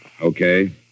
Okay